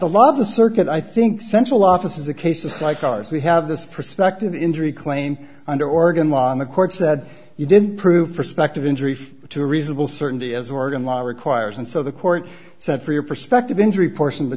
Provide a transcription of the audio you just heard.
law of the circuit i think central office is a case of like ours we have this perspective injury claim under oregon law and the court said you didn't prove prospective injury to a reasonable certainty as oregon law requires and so the court said for your perspective injury porson the